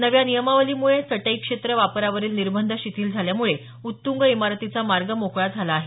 नव्या नियमावलीमुळे चटई क्षेत्र वापरावरील निर्बंध शिथिल झाल्यामुळे उत्तुंग इमारतीचा मार्ग मोकळा झाला आहे